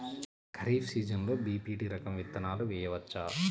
ఖరీఫ్ సీజన్లో బి.పీ.టీ రకం విత్తనాలు వేయవచ్చా?